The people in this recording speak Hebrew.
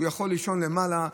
והוא יכול לישון למעלה.